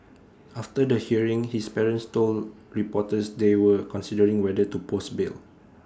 after the hearing his parents told reporters they were considering whether to post bail